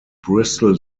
bristol